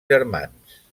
germans